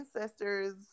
ancestors